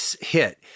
hit